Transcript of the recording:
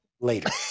Later